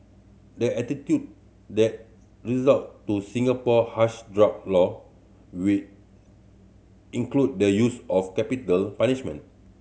they the result to Singapore harsh drug law which include the use of capital punishment